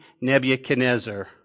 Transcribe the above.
Nebuchadnezzar